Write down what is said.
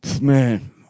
man